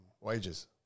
wages